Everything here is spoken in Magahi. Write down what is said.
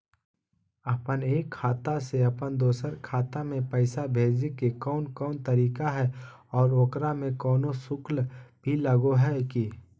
अपन एक खाता से अपन दोसर खाता में पैसा भेजे के कौन कौन तरीका है और ओकरा में कोनो शुक्ल भी लगो है की?